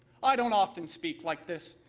i don't often speak like this,